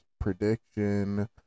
prediction